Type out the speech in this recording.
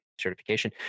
certification